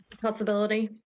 possibility